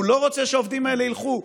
הוא לא רוצה שהעובדים האלה ילכו.